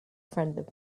friend